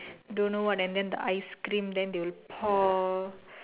don't know what and then the ice cream and then they will pour